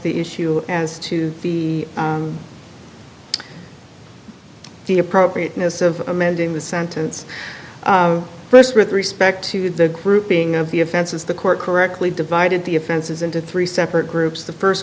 the issue as to the the appropriateness of amending the sentence first with respect to the grouping of the offenses the court correctly divided the offenses into three separate groups the first